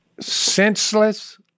senseless